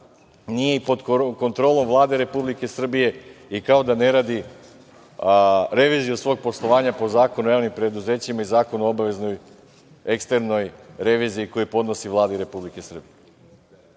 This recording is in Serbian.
nije pod kontrolom Vlade Republike Srbije i kao da ne radi reviziju svog poslovanja po Zakonu o javnim preduzećima i Zakonu o obaveznoj eksternoj reviziji koju podnosi Vladi Republike Srbije. Znači,